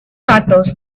actos